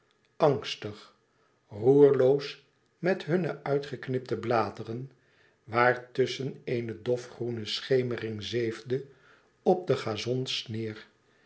angstig roerloos met hunne uitgeknipte bladeren waartusschen eene dofgroene schemering zeefde op de gazons